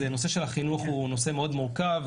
נושא החינוך הוא נושא מאוד מורכב,